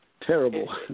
terrible